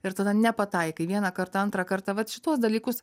ir tada nepataikai vieną kartą antrą kartą vat šituos dalykus